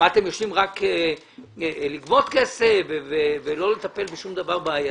אתם יושבים רק לגבות כסף ולא לטפל בשום דבר בעייתי?